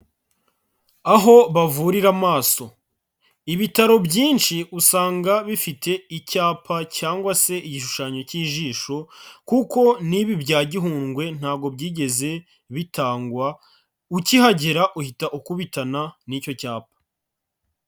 Aho bavurira amaso. Ibitaro byinshi usanga bifite icyapa cyangwag se igishushanyo cy'ijisho kuko n'ibi bya Gihungwe ntabwo byigeze bitangwa, ukihagera uhita ukubitana n'icyo cyapa.